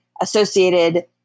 associated